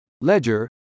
Ledger